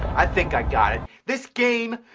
i think i got it. this game,